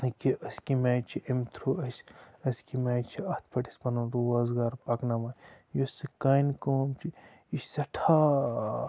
کہِ أسۍ کَمہِ آیہِ چھِ امہِ تھرٛوٗ أسۍ أسۍ کیٚمۍ آیہِ چھِ اَتھ پٮ۪ٹھ أسۍ پَنُن روزگار پَکناوان یُس یہِ کانہِ کٲم چھِ یہِ چھِ سٮ۪ٹھاہ